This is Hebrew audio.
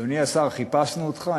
אדוני השר, חיפשנו אותך.